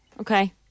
Okay